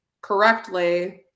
correctly